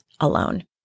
alone